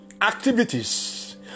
activities